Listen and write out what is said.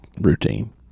routine